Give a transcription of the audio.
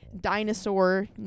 dinosaur